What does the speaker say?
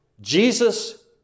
Jesus